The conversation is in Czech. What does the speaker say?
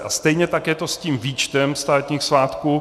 A stejně tak je to s tím výčtem státních svátků.